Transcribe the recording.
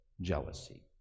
jealousy